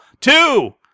two